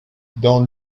dans